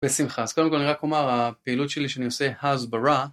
בשמחה. אז קודם כל אני רק אומר, הפעילות שלי כשאני עושה הסברה...